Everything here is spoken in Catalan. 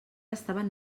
estaven